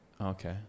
Okay